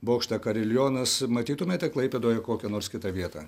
bokšte karilionas matytumėte klaipėdoje kokią nors kitą vietą